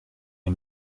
der